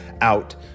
out